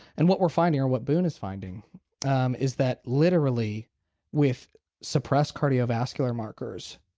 and what we're finding or what boone is finding um is that literally with suppressed cardiovascular markers,